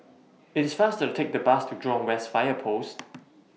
IT IS faster to Take The Bus to Jurong West Fire Post